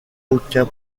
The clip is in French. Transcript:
aucun